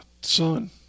son